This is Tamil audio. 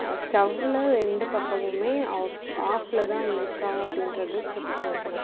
ஸ்டவ்வில் ரெண்டு பக்கமுமே ஆஃப் ஆஃபில்தான் இருக்கா அப்படின்றதும் செக் பண்ணிக்கணும்